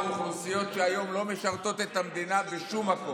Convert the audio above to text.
אוכלוסיות שהיום לא משרתות את המדינה בשום מקום.